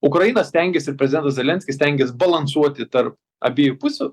ukraina stengiasi ir prezidentas zelenskis stengias balansuoti tarp abiejų pusių